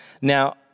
Now